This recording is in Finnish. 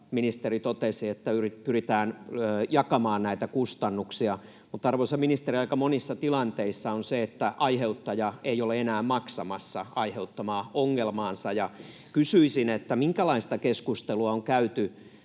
Ministeri totesi, että aiheuttajan kanssa pyritään jakamaan näitä kustannuksia, mutta, arvoisa ministeri, aika monissa tilanteissa on se, että aiheuttaja ei ole enää maksamassa aiheuttamaansa ongelmaa. Kysyisin, minkälaista keskustelua on käyty.